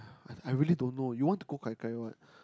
I really don't know you want to go gai gai or what